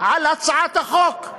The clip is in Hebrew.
על הצעת החוק, למה?